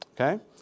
okay